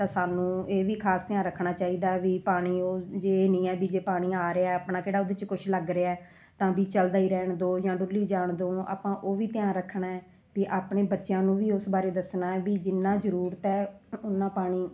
ਤਾਂ ਸਾਨੂੰ ਇਹ ਵੀ ਖ਼ਾਸ ਧਿਆਨ ਰੱਖਣਾ ਚਾਹੀਦਾ ਵੀ ਪਾਣੀ ਉਹ ਜੇ ਇਹ ਨਹੀਂ ਆ ਵੀ ਜੇ ਪਾਣੀ ਆ ਰਿਹਾ ਆਪਣਾ ਕਿਹੜਾ ਉਹਦੇ 'ਚ ਕੁਛ ਲੱਗ ਰਿਹਾ ਤਾਂ ਵੀ ਚੱਲਦਾ ਹੀ ਰਹਿਣ ਦਿਓ ਜਾਂ ਡੁੱਲੀ ਜਾਣ ਦਿਓ ਆਪਾਂ ਉਹ ਵੀ ਧਿਆਨ ਰੱਖਣਾ ਵੀ ਆਪਣੇ ਬੱਚਿਆਂ ਨੂੰ ਵੀ ਉਸ ਬਾਰੇ ਦੱਸਣਾ ਵੀ ਜਿੰਨਾ ਜ਼ਰੂਰਤ ਹੈ ਉਨਾ ਪਾਣੀ